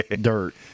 dirt